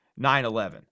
9-11